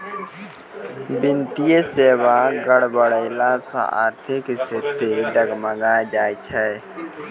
वित्तीय सेबा गड़बड़ैला से आर्थिक स्थिति डगमगाय जाय छै